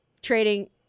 trading